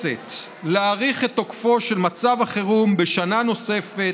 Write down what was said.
להאריך את תוקפו של מצב החירום בשנה נוספת,